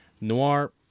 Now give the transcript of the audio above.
Noir